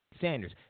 Sanders